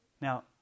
Now